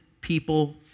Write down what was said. people